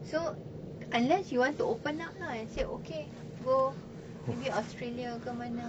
so unless you want to open up lah and say okay go maybe australia ke mana